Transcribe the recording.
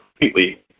Completely